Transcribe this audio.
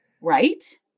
Right